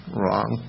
wrong